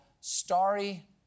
Starry